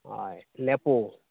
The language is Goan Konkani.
हय लेपो